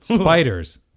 Spiders